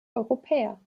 europäer